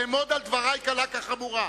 אעמוד על דברי קלה כחמורה,